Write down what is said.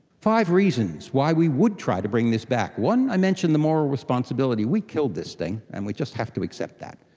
five reasons why we would try to bring this back. one, i mentioned the moral responsibility. we killed this thing and we just have to accept that.